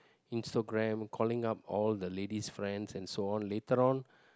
Instagram calling up all the ladies friends and so on later on